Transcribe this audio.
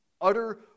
utter